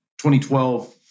2012